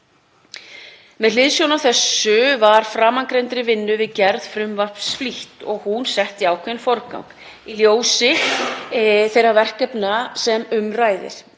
Með hliðsjón af þessu var framangreindri vinnu við gerð frumvarps flýtt og hún sett í ákveðinn forgang í ljósi þeirra verkefna sem um ræðir.